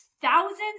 thousands